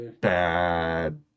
bad